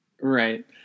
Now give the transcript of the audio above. Right